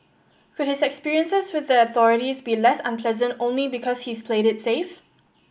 could his experiences with the authorities be less unpleasant only because he's played it safe